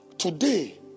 Today